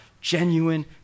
genuine